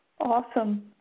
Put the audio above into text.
Awesome